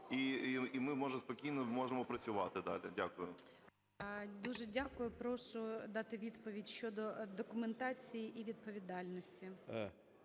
можемо спокійно, можемо працювати далі. Дякую. ГОЛОВУЮЧИЙ. Дуже дякую. Прошу дати відповідь щодо документації і відповідальності.